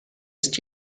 ist